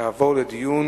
תעבור לדיון